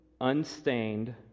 unstained